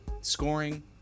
scoring